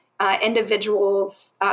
individuals